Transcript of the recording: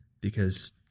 because-